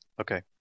Okay